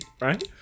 right